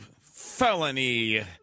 felony